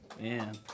Man